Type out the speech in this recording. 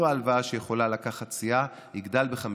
ההלוואה שיכולה לקחת סיעה יגדל ב-50%,